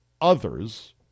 others